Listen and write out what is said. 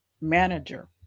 manager